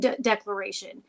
Declaration